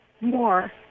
more